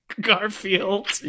Garfield